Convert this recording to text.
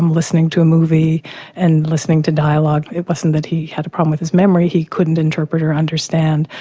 um listening to a movie and listening to dialogue it wasn't that he had a problem with his memory he couldn't interpret or understand.